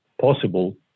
possible